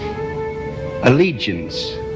Allegiance